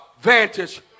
vantage